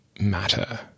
matter